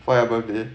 for your birthday